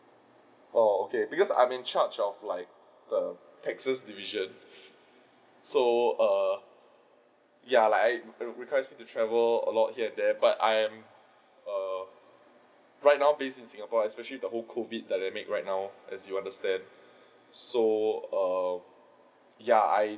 oh okay becos' I am in charge of like the texas division so err ya like I I'm requested to travel a lot here and there but I'm err right now based in singapore especially the whole COVID dynamic right now as you understand so err ya I